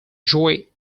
joey